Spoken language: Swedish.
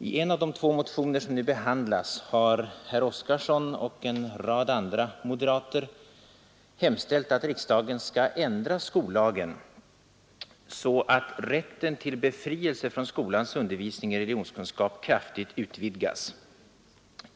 I en av de två motioner som nu behandlas har herr Oskarson i Halmstad och en rad andra moderater hemställt att riksdagen skall ändra skollagen så att rätten till befrielse från skolans undervisning i religionskunskap kraftigt utvidgas.